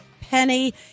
Penny